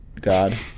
God